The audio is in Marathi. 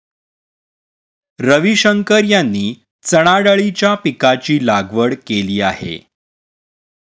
रविशंकर यांनी चणाडाळीच्या पीकाची लागवड केली आहे